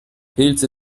pilze